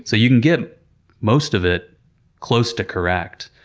so you can get most of it close to correct.